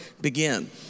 begin